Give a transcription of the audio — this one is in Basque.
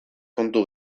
kontu